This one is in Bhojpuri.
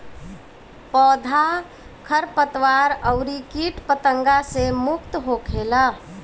पौधा खरपतवार अउरी किट पतंगा से मुक्त होखेला